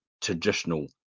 traditional